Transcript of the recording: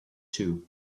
too